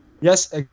Yes